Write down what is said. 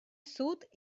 sud